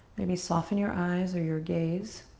maybe soften your eyes or your gaze.